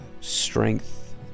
Strength